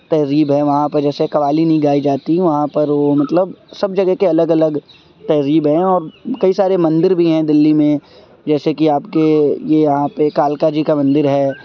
تہذیب ہے وہاں پہ جیسے قوالی نہیں گائی جاتی وہاں پر وہ مطلب سب جگہ کے الگ الگ تہذیب ہیں اور کئی سارے مندر بھی ہیں دلی میں جیسے کہ آپ کے یہ یہاں پہ کالکا جی کا مندر ہے